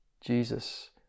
Jesus